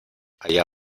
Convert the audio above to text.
allá